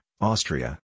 Austria